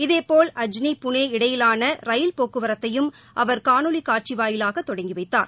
இதேபோல் அஜ்னி புனே இடையேயான ரயில் போக்குவரத்தையும் அவர் காணோலி காட்சி வாயிலாக தொடங்கி வைத்தார்